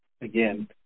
again